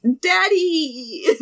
Daddy